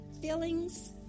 Feelings